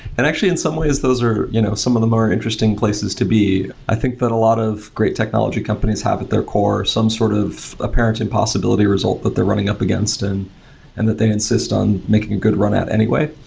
and actually, in some ways those are you know some of them are interesting places to be. i think that a lot of great technology companies have at their core some sort of apparent impossibility result that they're running up against and and that they insist on making a good run at anyway.